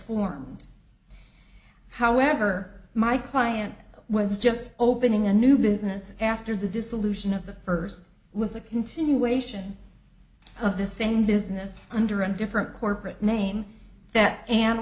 formed however my client was just opening a new business after the dissolution of the first was a continuation of the same business under a different corporate name that an